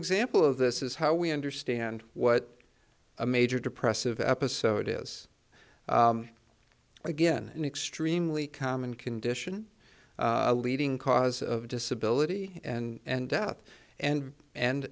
example of this is how we understand what a major depressive episode is again an extremely common condition a leading cause of disability and death and and